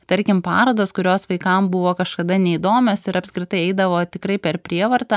tarkim parodos kurios vaikam buvo kažkada neįdomios ir apskritai eidavo tikrai per prievartą